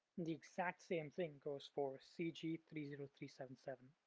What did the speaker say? the exact same thing goes for c g three zero three seven seven.